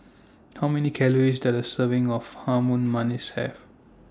How Many Calories Does A Serving of Harum Manis Have